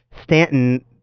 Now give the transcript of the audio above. Stanton